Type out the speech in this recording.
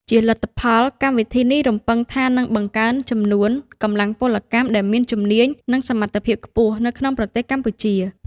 ជាលទ្ធផល កម្មវិធីនេះរំពឹងថានឹងបង្កើនចំនួន កម្លាំងពលកម្មដែលមានជំនាញ និងសមត្ថភាពខ្ពស់ នៅក្នុងប្រទេសកម្ពុជា។